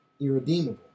irredeemable